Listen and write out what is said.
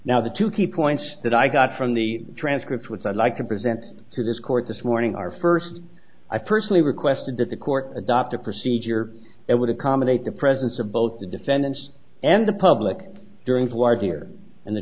now the two key points that i got from the transcripts which i'd like to present to this court this morning are first i personally requested that the court adopt a procedure that would accommodate the presence of both the defendants and the public during